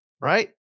Right